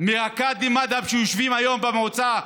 מהקאדי מד'הב שיושבים היום במועצה,